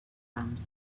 rams